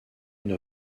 une